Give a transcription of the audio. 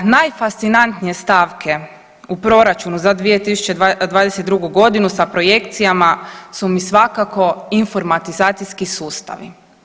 Najfascinantnije stavke u proračunu za 2022. godinu sa projekcijama su svakako informatizacijski sustavi.